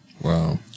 Wow